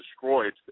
destroyed